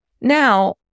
Now